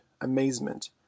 amazement